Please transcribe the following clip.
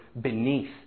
beneath